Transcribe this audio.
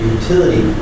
utility